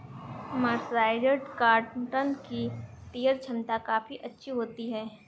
mercerised cotton की tear छमता काफी अच्छी होती है